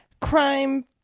crime